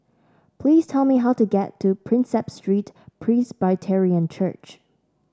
please tell me how to get to Prinsep Street Presbyterian Church